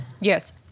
Yes